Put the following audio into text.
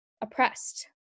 oppressed